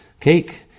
cake